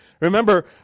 Remember